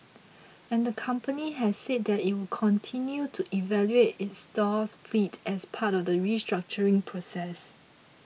and the company has said that it would continue to evaluate its stores fleet as part of the restructuring process